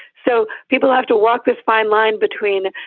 so people have to walk this fine line between,